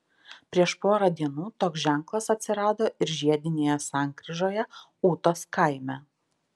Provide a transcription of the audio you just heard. prieš porą dienų toks ženklas atsirado ir žiedinėje sankryžoje ūtos kaime